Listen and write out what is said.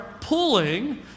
pulling